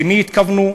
למי התכוונו?